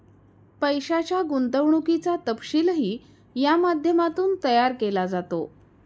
पैशाच्या गुंतवणुकीचा तपशीलही या माध्यमातून तयार केला जातो